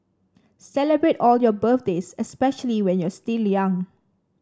celebrate all your birthdays especially when you're still young